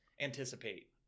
anticipate